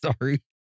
Sorry